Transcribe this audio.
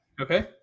Okay